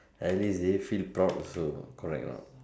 I will do you feel proud also correct or not